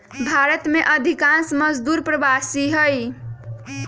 भारत में अधिकांश मजदूर प्रवासी हई